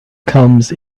comes